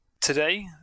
today